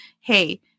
hey